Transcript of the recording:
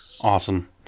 awesome